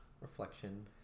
Reflection